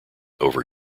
over